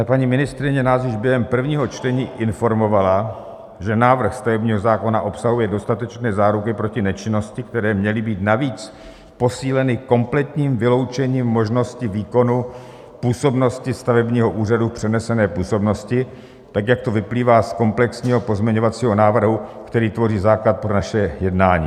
Paní ministryně nás již během prvního čtení informovala, že návrh stavebního zákona obsahuje dostatečné záruky proti nečinnosti, které měly být navíc posíleny kompletním vyloučením možnosti výkonu působnosti stavebního úřadu v přenesené působnosti, jak to vyplývá z komplexního pozměňovacího návrhu, který tvoří základ pro naše jednání.